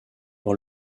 dans